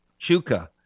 Chuka